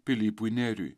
pilypui neriui